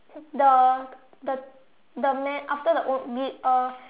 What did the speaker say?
the the the man after the old be~ uh